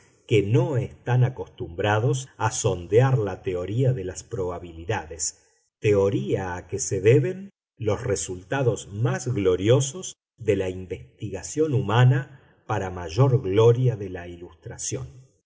que no están acostumbrados a sondear la teoría de las probabilidades teoría a que se deben los resultados más gloriosos de la investigación humana para mayor gloria de la ilustración